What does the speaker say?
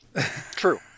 true